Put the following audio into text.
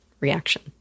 reaction